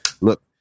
Look